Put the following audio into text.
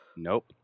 nope